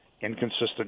inconsistent